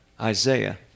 Isaiah